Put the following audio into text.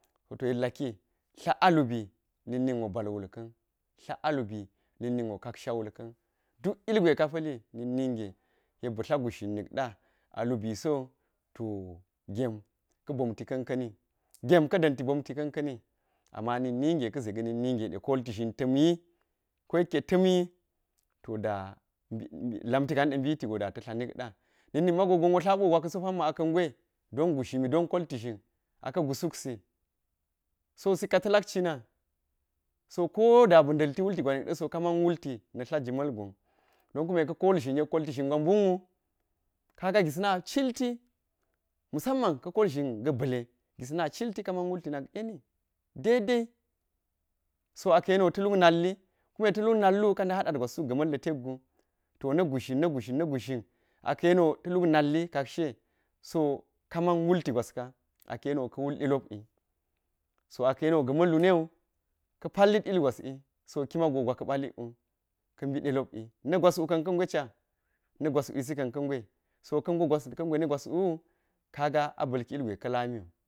To yek laki tla a lubi na̱k ninwo bal wul ka̱n tla alubi na̱k ninwo kaksha wulka̱n duk ilgwe ka pa̱li na̱k ninge abi tla gushzhin nik ɗa alubi so to gem ka̱ bomti ka̱n ka̱ni gem ka̱ da̱nti bomti ka̱n ka̱ni ama na̱k ninge ka̱ za ga̱ na̱k ninge ɗe kolti zhin ta̱mtiwu ko yekke ta̱mwe to da mbit mbit lamti kamde mbiti ka nide biti go da ta tla nik ɗa na̱k nin mago gonwo tla biwo gwa ka̱so pamma aka̱ ngwe dom gushzhimi don kolti zhin a ka̱ gu sukti, so sikka ta̱lak cina so ko da bi nda̱lti wulti gwa nik ɗa̱ so kaman wulti na tla ji malgon don kuma ka̱ kol zhin yek kolti zhin gwa mbonwu kaga gisna cilti musamma kuma ka̱ kal zhinga̱ ba̱le gis na cilti ka man wulti nak eni dede so aka̱ yeniwo ta̱ luk nalwi ta̱ luk nal wul ka nda haɗad gwas suk ga̱ mal ga̱tak gu, to na̱ gubshzhin, na̱ gushzhin na̱ gushzhin aka̱ yeniwo ta̱ luk nal wiso ka man wulti gwaska aka̱ yewo delop we, so aka̱ yeniwo ga̱ ma̱ulu newi ka̱ pallit ilgwasi i so kima go gwa ka̱ baliku, ka̱ mbi delopwi na̱ gwas'u ka̱n ka̱ ngweca na gwaswisi ka̱n ka̱ ngwe so ka̱ ngwe gwas, ka̱ ngwe na̱ gwas'u kaga a ba̱lki ilgwe ka̱ lamiwu.